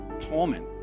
torment